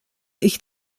ich